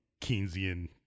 Keynesian